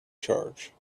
charge